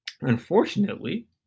unfortunately